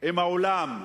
עם העולם.